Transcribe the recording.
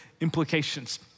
implications